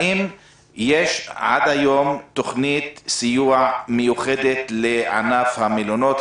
האם יש עד היום תוכנית סיוע מיוחדת לענף המלונות,